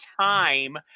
time